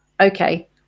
okay